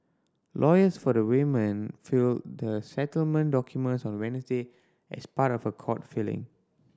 lawyers for the women filed the settlement documents on Wednesday as part of a court filing